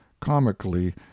comically